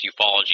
ufology